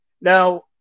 Now